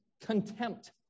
contempt